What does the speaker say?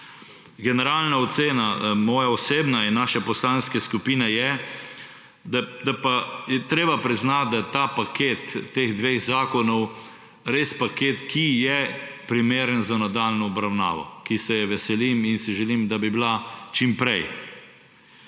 Generalna ocena, moja osebna in naše poslanske skupine, je, da je treba priznati, da je paket teh dveh zakonov res paket, ki je primeren za nadaljnjo obravnavo, ki se je veselim in si želim, da bi bila čim prej.